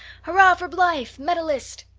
hurrah for blythe, medalist!